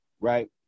right